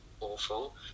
awful